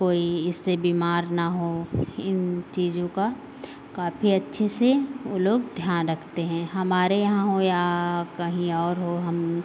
कोई इससे बीमार ना हो इन चीज़ों का काफ़ी अच्छे से वो लोग ध्यान रखते हैं हमारे यहाँ हों या कहीं और हो हम